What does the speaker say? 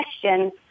question